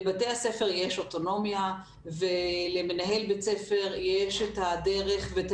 לבתי הספר יש אוטונומיה ולבתי הספר יש את הדרך ואת